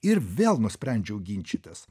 ir vėl nusprendžiau ginčytis